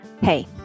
Hey